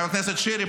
חבר הכנסת שירי,